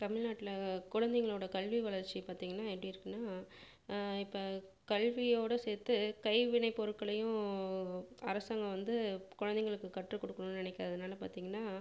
தமிழ்நாட்டில் குழந்தைங்களோட கல்வி வளர்ச்சி பார்த்தீங்கனா எப்படி இருக்கும்னால் இப்போ கல்வியோடு சேர்த்து கைவினை பொருட்களையும் அரசாங்கம் வந்து குழந்தைங்களுக்கு கற்றுக் கொடுக்கணும்னு நினைக்கிறதுனால பார்த்தீங்கனா